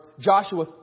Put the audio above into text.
Joshua